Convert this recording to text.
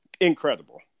Incredible